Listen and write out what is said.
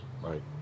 Right